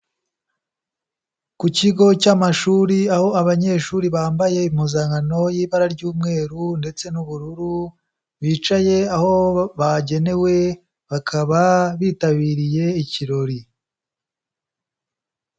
Ku kigo cy'amashuri aho abanyeshuri bambaye impuzankano y'ibara ry'umweru ndetse n'ubururu, bicaye aho bagenewe bakaba bitabiriye ikirori.